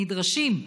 נדרשים,